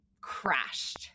crashed